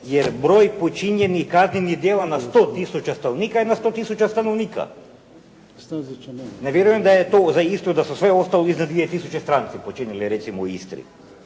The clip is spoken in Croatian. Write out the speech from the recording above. jer broj počinjenih kaznenih djela na 100000 stanovnika je na 100000 stanovnika. Ne vjerujem da je to za Istru, da su sve ostalo iza 2000. stranke počinile recimo u Istri.